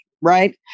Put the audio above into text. right